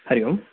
Hari Om